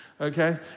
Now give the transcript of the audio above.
Okay